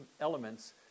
elements